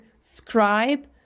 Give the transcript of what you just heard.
scribe